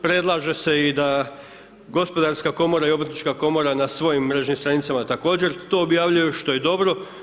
Predlaže se i da Gospodarska komora i Obrtnička komora na svojim mrežnim stranicama također to objavljuju, što je dobro.